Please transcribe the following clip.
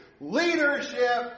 Leadership